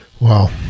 Wow